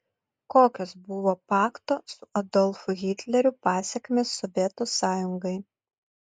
kokios buvo pakto su adolfu hitleriu pasekmės sovietų sąjungai